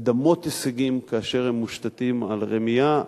לדמות הישגים כאשר הם מושתתים על רמייה.